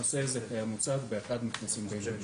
הנושא הזה הוצג באחד מהכנסים הבין-לאומיים.